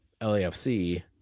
LAFC